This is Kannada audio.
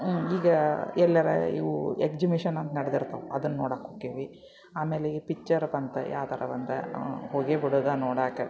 ಈಗ ಎಲ್ಲಾರ ಇವು ಎಕ್ಜಿಮಿಶನ್ ಅಂತ ನಡ್ದಿರ್ತವೆ ಅದನ್ನು ನೋಡಕ್ಕ ಹೋಕ್ಕೇವೆ ಆಮೇಲೆ ಈ ಪಿಚ್ಚರ್ ಬಂತು ಯಾವ್ದಾದ್ರೂ ಒಂದು ಹೋಗೇ ಬಿಡೋದು ನೋಡಕ್ಕ